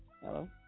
Hello